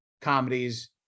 Comedies